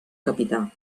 capità